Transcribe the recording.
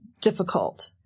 difficult